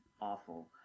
awful